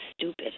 stupid